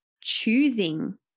choosing